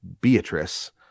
Beatrice